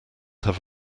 have